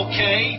Okay